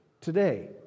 Today